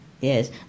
yes